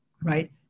right